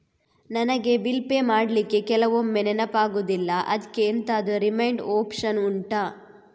ನನಗೆ bill pay ಮಾಡ್ಲಿಕ್ಕೆ ಕೆಲವೊಮ್ಮೆ ನೆನಪಾಗುದಿಲ್ಲ ಅದ್ಕೆ ಎಂತಾದ್ರೂ ರಿಮೈಂಡ್ ಒಪ್ಶನ್ ಉಂಟಾ